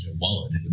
wallet